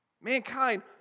Mankind